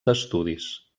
d’estudis